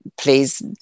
please